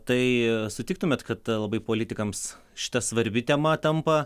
tai sutiktumėt kad labai politikams šita svarbi tema tampa